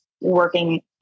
working